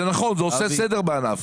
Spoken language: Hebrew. זה נכון, זה עושה סדר בענף.